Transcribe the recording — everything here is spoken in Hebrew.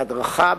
בהדרכה,